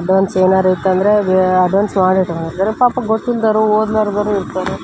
advance ಏನಾದರು ಇತ್ತಂದರೆ advance ಮಾಡಿಟ್ಕೊಂಡಿರ್ತಾರೆ ಪಾಪ ಗೊತ್ತಿಲ್ದವರು ಓದ್ದವ್ರು ಓದಿಲ್ದವರು